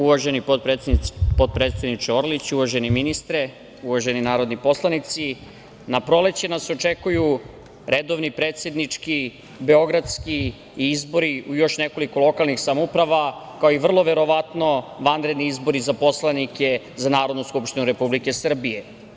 Uvaženi potpredsedniče Orliću, uvaženi ministre, uvaženi narodni poslanici, na proleće nas očekuju redovni predsednički, beogradski i izbori u još nekoliko lokalnih samouprava, kao i vrlo verovatno vanredni izbori za poslanike za Narodnu skupštinu Republike Srbije.